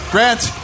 Grant